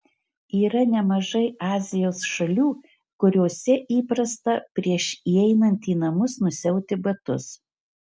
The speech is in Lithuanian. yra nemažai azijos šalių kuriose įprasta prieš įeinant į namus nusiauti batus